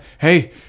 Hey